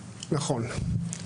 נכון.